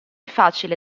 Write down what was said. facile